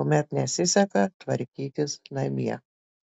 kuomet nesiseka tvarkytis namie